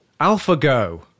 AlphaGo